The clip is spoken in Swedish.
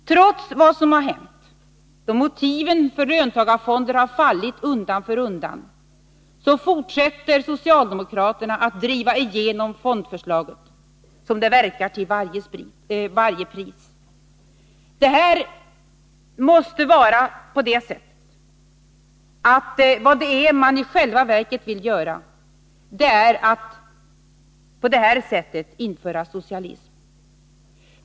Trots vad som hänt — då motiven för löntagarfonder fallit undan för undan — fortsätter socialdemokraterna att driva igenom fondförslaget, som det verkar till varje pris. Vad man i själva verket vill göra är att på det här sättet införa socialism.